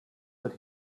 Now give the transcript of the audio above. that